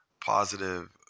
positive